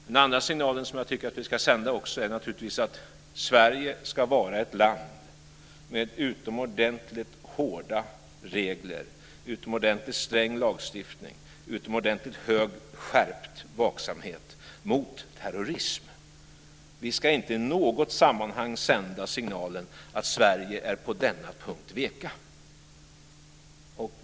Den andra signalen, som jag tycker att vi ska sända, är naturligtvis att Sverige ska vara ett land med utomordentligt hårda regler, utomordentligt sträng lagstiftning och utomordentligt hög och skärpt vaksamhet mot terrorism. Vi ska inte i något sammanhang sända signalen att Sverige på denna punkt är vekt.